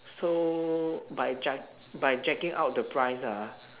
so by jack~ by jacking up the price ah